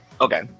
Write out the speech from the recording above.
Okay